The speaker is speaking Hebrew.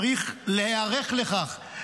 צריך להיערך לכך,